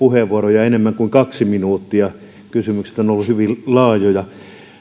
antaisi ministerille puheenvuoroa enemmän kuin kaksi minuuttia kysymykset ovat olleet hyvin laajoja